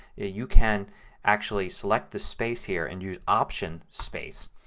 you can actually select the space here and use option space.